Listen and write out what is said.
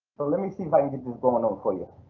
but let me see if i can get this going on for you,